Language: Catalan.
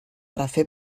refer